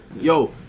Yo